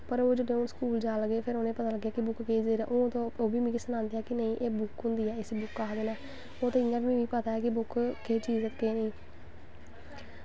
पर जदूं ओह् स्कूल जान लग्गे उ'नें पता लग्गेआ कि बुक्क केह् चीज़ ऐ हून ते ओह् बी मिगी सनादे न कि एह् बुक्क होंदी ऐ इसी बुक्क आखदे न ओह् ते इ'यां बी पता ऐ कि बुक्क केह् चीज़ ऐ ते केह् नेईं